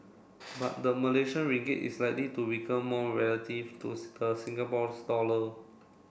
but the Malaysian Ringgit is likely to weaken more relative to the Singapore's dollar